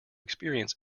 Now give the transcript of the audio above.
experience